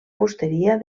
fusteria